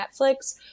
netflix